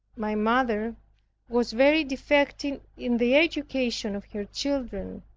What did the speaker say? my mother was very defective in the education of her children.